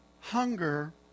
hunger